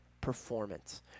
performance